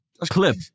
clip